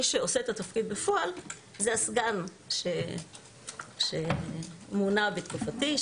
מי שעושה את התפקיד בפועל הוא הסגן שמונה בתקופתי,